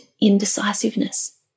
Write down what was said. indecisiveness